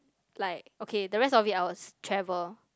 like okay the rest of it I will travel